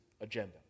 agenda